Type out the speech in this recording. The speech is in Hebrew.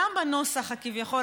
גם בנוסח הכביכול,